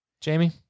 Jamie